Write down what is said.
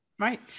Right